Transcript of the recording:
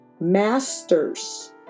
masters